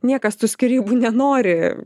niekas tų skyrybų nenori